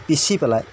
পিচি পেলাই